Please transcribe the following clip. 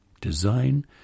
design